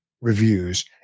reviews